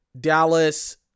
Dallas